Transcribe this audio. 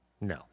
No